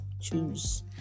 choose